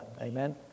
Amen